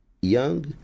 young